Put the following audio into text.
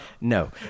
No